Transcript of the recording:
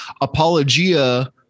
apologia